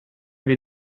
wir